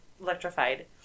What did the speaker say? electrified